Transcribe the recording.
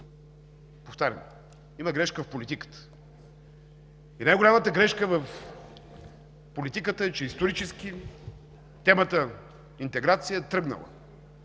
повтарям, има грешка в политиката. И най-голямата грешка в политиката е, че исторически темата „интеграция“ е тръгнала